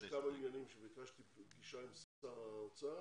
כמה עניינים שביקשתי פגישה עם שר האוצר,